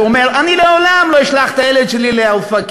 אומר: אני לעולם לא אשלח את הילד שלי לאופקים.